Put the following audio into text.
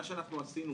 מה שאנחנו עשינו,